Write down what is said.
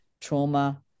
trauma